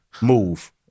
Move